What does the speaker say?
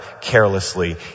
carelessly